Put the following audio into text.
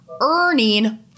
earning